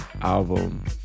album